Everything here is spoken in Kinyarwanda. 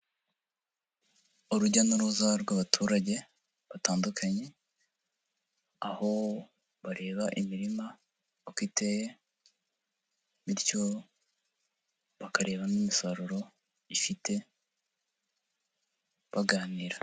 Urujya n'uruza rw'abaturage batandukanye, aho bareba imirima uko iteye bityo bakareba n'imisaruro ifite, baganira.